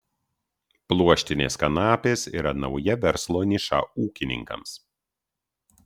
pluoštinės kanapės yra nauja verslo niša ūkininkams